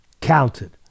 Counted